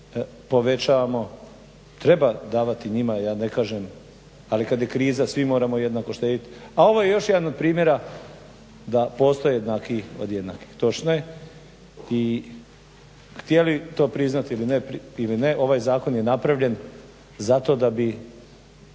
povećavamo. Treba davati njima, ja ne kažem ali kad je kriza svi moramo jednako štedjeti, a ovo je još jedan od primjera da postoje jednakiji od jednakih. Točno je i htjeli to priznati ili ne ovaj zakon je napravljen zato da bi